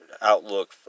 outlook